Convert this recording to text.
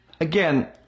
again